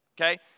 okay